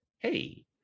Hey